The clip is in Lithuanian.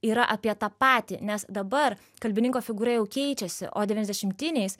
yra apie tą patį nes dabar kalbininko figūra jau keičiasi o devyniasdešimtiniais